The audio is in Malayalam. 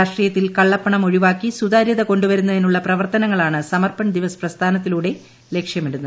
രാഷ്ട്രീയത്തിൽ കള്ളപ്പണം ഒഴിവാക്കി സുതാര്യത കൊണ്ടുവരുന്നതിനുള്ള പ്രവർത്തനങ്ങളാണ് സമർപ്പൺ ദിവസ് പ്രസ്ഥാനത്തിലൂടെ ലക്ഷ്യമിടുന്നത്